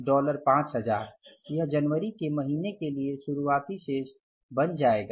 dollar 5000 यह जनवरी के महीने के लिए शुरुआती शेष बन जाएगा